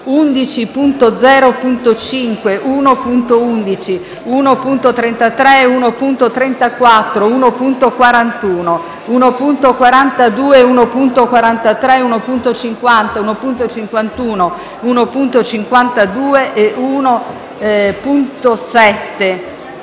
11.0.5, 1.11, 1.33, 1.34, 1.41, 1.42, 1.43, 1.50, 1.51, 1.52 e 11.7